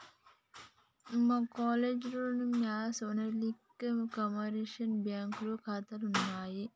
మా కాలేజీలో మెస్ ఓనర్లకి కమర్షియల్ బ్యాంకులో ఖాతాలున్నయ్